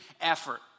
effort